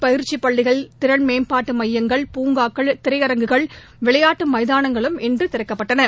பயிற்சிபள்ளிகள் திறன்மேம்பாட்டுமையங்கள் பூங்காக்கள் திரையரங்குகள் விளையாட்டுமைதானங்களும் இன்றுதிறக்கப்பட்டன